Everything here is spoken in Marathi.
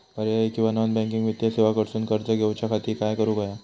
पर्यायी किंवा नॉन बँकिंग वित्तीय सेवा कडसून कर्ज घेऊच्या खाती काय करुक होया?